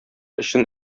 өчен